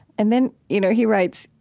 and then, you know he writes,